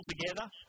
together